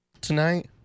tonight